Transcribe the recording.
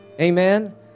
Amen